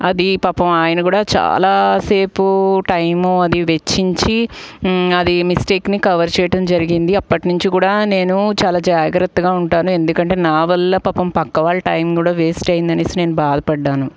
అది పాపం ఆయన కూడా చాలా సేపు టైము అది వెచ్చించి అది మిస్టేక్ని కవర్ చేయడం జరిగింది ఇప్పటినుంచి కూడా నేను చాలా జాగ్రత్తగా ఉంటాను ఎందుకంటే నా వల్ల పాపం పక్క వాళ్ళ టైం కూడా వేస్ట్ అయింది అని నేను బాధపడ్డాను